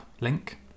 link